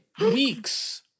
Weeks